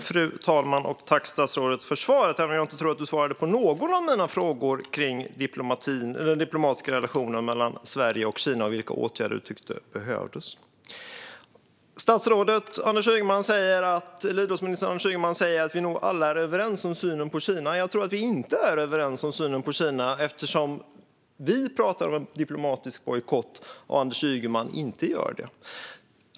Fru talman! Tack, statsrådet, för svaret, även jag inte tror att statsrådet svarade på någon av mina frågor om den diplomatiska relationen mellan Sverige och Kina och vilka åtgärder han tyckte behövdes. Idrottsminister Anders Ygeman säger att vi nog alla är överens i synen på Kina. Jag tror inte att vi är överens i synen på Kina eftersom vi pratar om diplomatisk bojkott medan Anders Ygeman inte gör det.